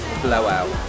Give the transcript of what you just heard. blowout